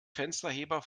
fensterheber